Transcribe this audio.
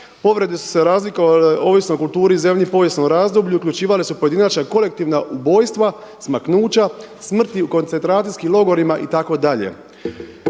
povrede su se razlikovale ovisno o kulturi, zemlji i povijesnom razdoblju i uključivala su pojedinačna i kolektivna ubojstva, smaknuća, smrti u koncentracijskim logorima“ itd.